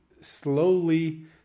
slowly